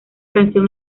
canción